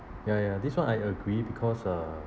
ya ya this one I agree because uh